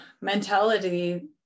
mentality